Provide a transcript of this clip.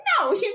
no